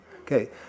Okay